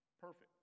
perfect